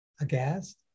Aghast